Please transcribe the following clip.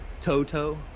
toto